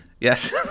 yes